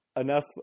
enough